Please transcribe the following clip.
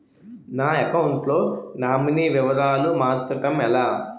నా అకౌంట్ లో నామినీ వివరాలు మార్చటం ఎలా?